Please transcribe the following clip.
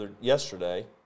yesterday